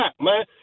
man